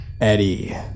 Eddie